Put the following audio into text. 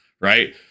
Right